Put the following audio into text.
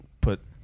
put